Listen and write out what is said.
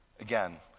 Again